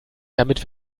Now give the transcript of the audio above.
damit